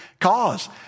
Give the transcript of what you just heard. cause